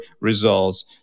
results